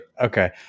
okay